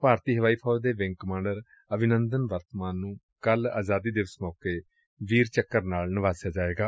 ਭਾਰਤੀ ਹਵਾਈ ਫੌਜ ਦੇ ਵਿੰਗ ਕਮਾਂਡਰ ਅਭਿੰਦਨ ਵਰਤਮਾਨ ਨੂੰ ਕੱਲ ਆਜਾਦੀ ਦਿਵਸ ਮੌਕੇ ਵੀਰ ਚੱਕਰ ਨਾਲ ਨਿਵਾਜ਼ਿਆ ਜਾਏਗਾ